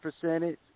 percentage